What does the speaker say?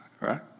right